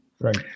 Right